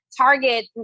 target